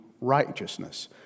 righteousness